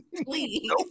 Please